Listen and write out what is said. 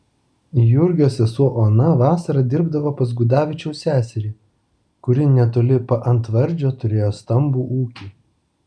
jurgio sesuo ona vasarą dirbdavo pas gudavičiaus seserį kuri netoli paantvardžio turėjo stambų ūkį